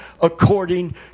according